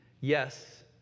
yes